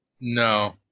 No